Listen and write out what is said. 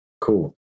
cool